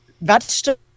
vegetables